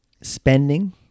spending